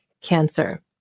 Cancer